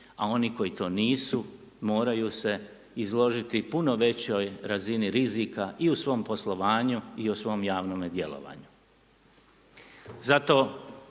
a oni koji to nisu, moraju se izložiti puno većoj razini rizika, i u svom poslovanju, i u svom javnome djelovanju.